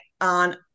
on